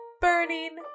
Burning